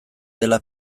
dela